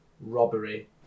robbery